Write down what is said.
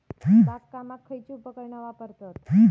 बागकामाक खयची उपकरणा वापरतत?